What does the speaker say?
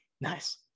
Nice